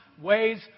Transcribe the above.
ways